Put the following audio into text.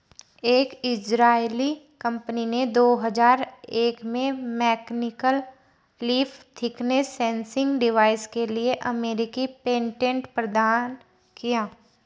एक इजरायली कंपनी ने दो हजार एक में mechanical leaf thickness sensing device के लिए अमेरिकी पेटेंट प्रदान किया